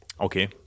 okay